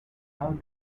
how